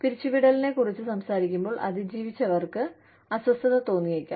പിരിച്ചുവിടലിനെക്കുറിച്ച് സംസാരിക്കുമ്പോൾ അതിജീവിച്ചവർക്ക് അസ്വസ്ഥത തോന്നിയേക്കാം